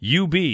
UB